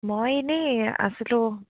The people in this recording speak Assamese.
মই এনে আছিলোঁ